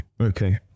okay